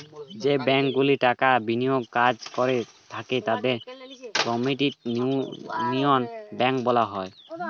যে ব্যাঙ্কগুলি টাকা বিনিয়োগের কাজ করে থাকে তাদের ক্রেডিট ইউনিয়ন ব্যাঙ্ক বলা হয়